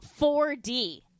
4D